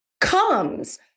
comes